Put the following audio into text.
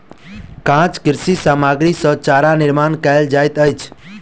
काँच कृषि सामग्री सॅ चारा निर्माण कयल जाइत अछि